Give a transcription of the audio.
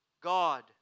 God